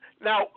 Now